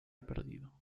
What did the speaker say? perdido